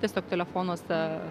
tiesiog telefonuose